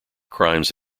crimes